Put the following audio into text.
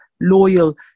loyal